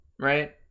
right